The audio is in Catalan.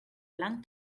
blanc